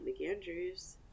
mcAndrews